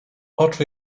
oczu